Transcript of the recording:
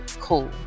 cool